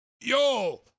Yo